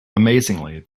amazingly